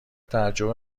تعجب